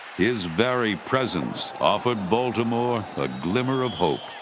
his very presence offered baltimore a glimmer of hope.